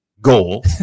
goal